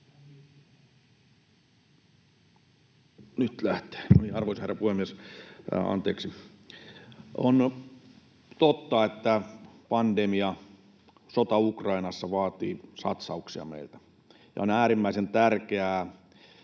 Content: Arvoisa herra puhemies! On totta, että pandemia ja sota Ukrainassa vaativat satsauksia meiltä, ja on äärimmäisen tärkeää